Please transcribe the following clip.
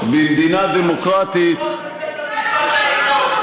יושב לידך נשיא המדינה, שאמר, תתבייש לך.